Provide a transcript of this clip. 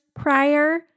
prior